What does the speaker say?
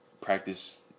practice